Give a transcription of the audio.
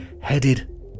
headed